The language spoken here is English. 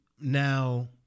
Now